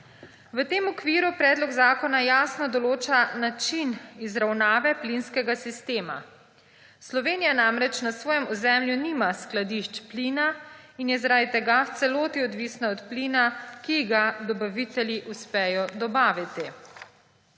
V tem okviru predlog zakona jasno določa način izravnave plinskega sistema. Slovenija namreč na svojem ozemlju nima skladišč plina in je zaradi tega v celoti odvisna od plina, ki ga dobavitelji uspejo dobaviti.